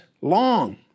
long